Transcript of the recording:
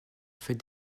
fait